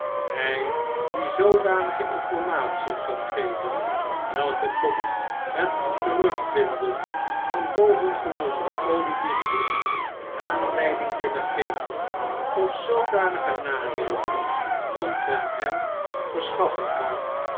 hij die zoodanige informatiën kan geven welke tot het terugvinden van bovengenoemden olivier twist aanleiding kunnen geven of zoodanige narichten omtrent hem verschaffen kan